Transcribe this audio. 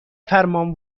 فرمان